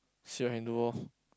see what I can do loh